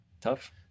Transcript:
tough